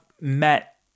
met